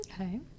okay